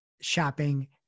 shopping